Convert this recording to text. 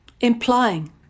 Implying